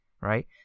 right